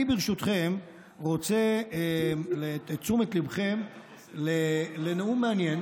ברשותכם, אני רוצה את תשומת ליבכם לנאום מעניין